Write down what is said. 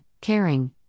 caring